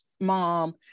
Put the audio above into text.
mom